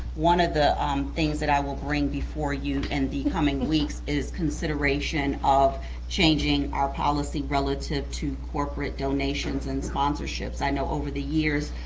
one of the things that i will bring before you in and the coming weeks is consideration of changing our policy relative to corporate donations and sponsorships. i know over the years,